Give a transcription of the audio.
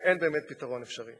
אין באמת פתרון אפשרי.